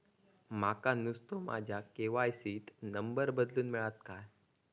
माका नुस्तो माझ्या के.वाय.सी त नंबर बदलून मिलात काय?